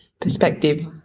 perspective